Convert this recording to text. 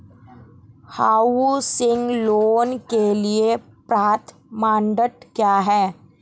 Housing loan के लिए पात्रता मानदंड क्या हैं?